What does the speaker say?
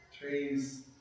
trees